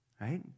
Right